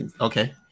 Okay